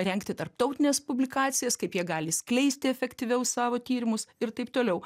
rengti tarptautines publikacijas kaip jie gali skleisti efektyviau savo tyrimus ir taip toliau